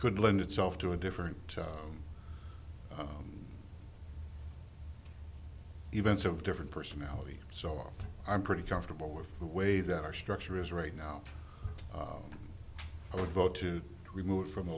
could lend itself to a different events of different personality so i'm pretty comfortable with the way that our structure is right now i would vote to remove it from the